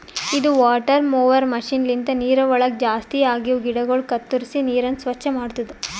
ಇದು water mower machine ಲಿಂತ ನೀರವಳಗ್ ಜಾಸ್ತಿ ಆಗಿವ ಗಿಡಗೊಳ ಕತ್ತುರಿಸಿ ನೀರನ್ನ ಸ್ವಚ್ಚ ಮಾಡ್ತುದ